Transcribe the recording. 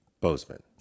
Bozeman